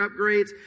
upgrades